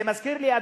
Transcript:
זה מזכיר לי,